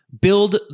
build